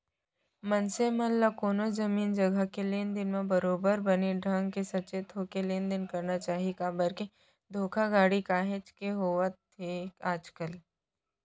मनसे मन ल कोनो जमीन जघा के लेन देन म बरोबर बने ढंग के सचेत होके लेन देन करना चाही काबर के धोखाघड़ी काहेच के होवत हे आजकल